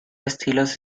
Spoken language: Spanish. estilos